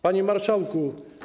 Panie Marszałku!